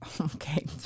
Okay